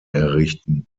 errichten